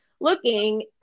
looking